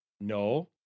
No